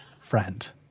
friend